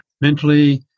mentally